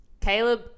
Caleb